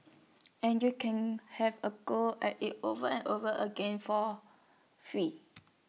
and you can have A go at IT over and over again for free